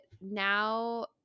now –